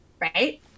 right